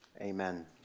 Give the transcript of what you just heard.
Amen